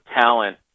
talent